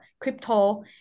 crypto